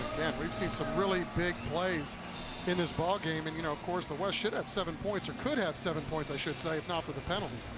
we've seen some really big plays in this ballgame, and, you know, of course the west should have seven points or could have seven points, i should say, not for the penalty.